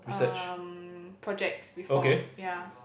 um projects before ya